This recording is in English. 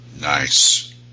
Nice